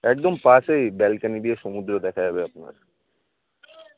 একদম পাশেই ব্যালকনি দিয়ে সমুদ্র দেখা যাবে আপনার